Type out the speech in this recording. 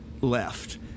left